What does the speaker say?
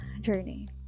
journey